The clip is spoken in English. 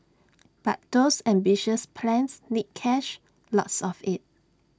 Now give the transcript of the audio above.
but those ambitious plans need cash lots of IT